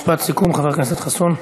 משפט סיכום, חבר הכנסת חסון.